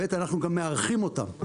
ב', אנחנו גם מארחים אותם.